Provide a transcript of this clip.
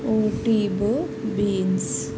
Otebo beans